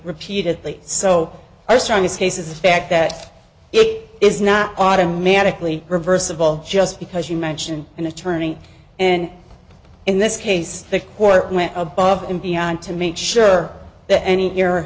repeatedly so our strongest case is the fact that it is not automatically reversible just because you mention an attorney and in this case the court went above and beyond to make sure that any your